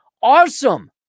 awesome